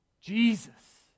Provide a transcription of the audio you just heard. Jesus